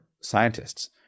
scientists